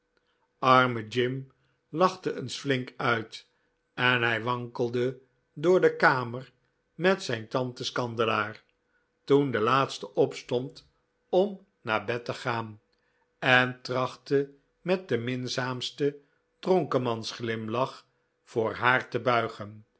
arme jim lachte eens flink uit en hij wankelde door de kamer met zijn tantes kandelaar toen de laatste opstond om naar bed te gaan en trachtte met den minzaamsten dronkemansglimlach voor haar te buigen